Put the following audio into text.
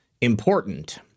important